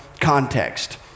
context